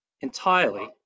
entirely